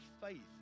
faith